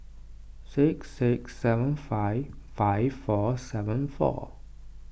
six six seven five five four seven four